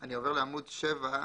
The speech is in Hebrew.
אני עובר לעמוד 7,